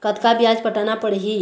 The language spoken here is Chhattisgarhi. कतका ब्याज पटाना पड़ही?